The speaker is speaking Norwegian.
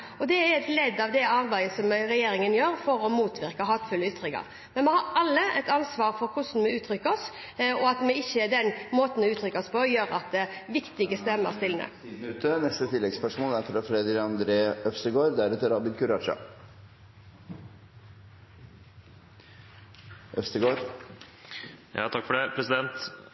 er et ledd i det arbeidet som regjeringen gjør for å motarbeide hatefulle ytringer. Men vi har alle et ansvar for hvordan vi uttrykker oss, og for at den måten vi uttrykker oss på, ikke gjør at viktige stemmer stilner. Freddy André Øvstegård – til oppfølgingsspørsmål. I dagens Klassekampen kan vi lese om Birgitte. Hun ble utsatt for